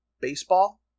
baseball